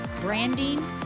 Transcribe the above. branding